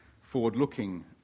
forward-looking